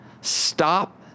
Stop